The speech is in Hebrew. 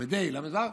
תשל"ה, תשל"ו,